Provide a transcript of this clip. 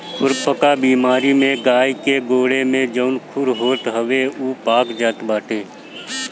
खुरपका बेमारी में गाई के गोड़े में जवन खुर होत हवे उ पाक जात बाटे